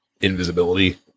Invisibility